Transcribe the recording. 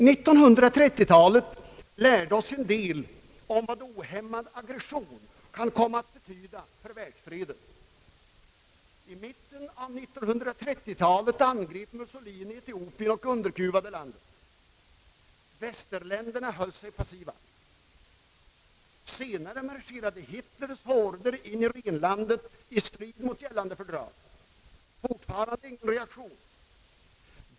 Vi lärde oss en del av 1930-talet om vad en ohämmad aggression kan komma att betyda för världsfreden. I mitten av 1930-talet angrep Mussolini Etiopien och underkuvade detta land. Västlän derna förhöll sig därvid passiva. Senare marscherade Hitlers horder in i Rhenlandet i strid mot gällande fördrag. Fortfarande förekom ingen reaktion.